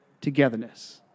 togetherness